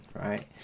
right